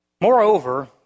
Moreover